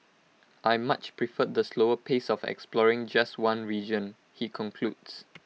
I much preferred the slower pace of exploring just one region he concludes